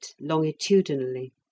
longitudinally